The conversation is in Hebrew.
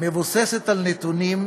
מבוססת על נתונים,